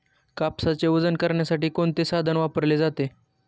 कापसाचे वजन करण्यासाठी कोणते साधन वापरले जाते?